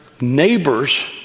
neighbors